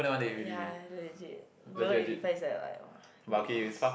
ya legit Bedok eight five is like !wah! great views